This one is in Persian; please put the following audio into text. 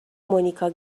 مونیکا